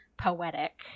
poetic